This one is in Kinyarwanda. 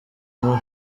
nkuru